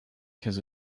has